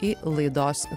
į laidos